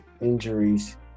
injuries